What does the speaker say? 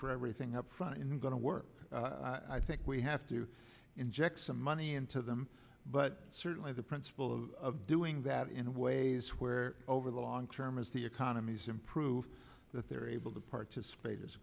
for everything up front in going to work i think we have to inject some money into them but certainly the principle of doing that in ways where over the long term is the economy's improved that they're able to participate